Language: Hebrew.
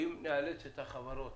אם ניאלץ את החברות